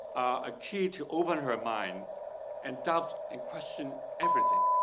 a key to open her mind and doubt and question everything.